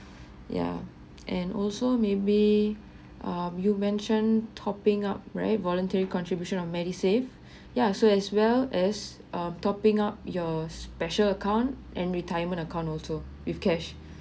ya and also maybe ah you mention topping up right voluntary contribution of MediSave yeah so as well as a topping up your special account and retirement account also with cash